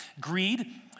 Greed